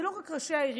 זה לא רק ראשי העיריות,